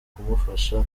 kumufasha